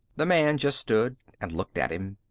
the man just stood and looked at him.